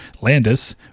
Landis